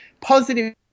positive